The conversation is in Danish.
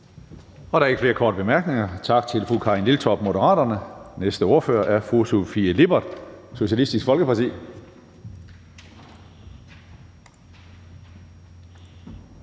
Der er ikke flere korte bemærkninger. Tak til fru Karin Liltorp, Moderaterne. Næste ordfører er fru Sofie Lippert, Socialistisk Folkeparti.